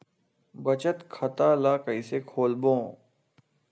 बचत खता ल कइसे खोलबों?